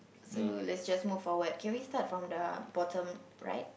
so let's just move forward can we start from the bottom right